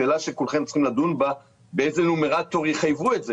שאלה שכולכם צריכים לדון בה: באיזה נומרטור יחייבו את זה?